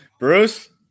Bruce